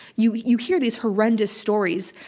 you you hear these horrendous stories.